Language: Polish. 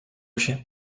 się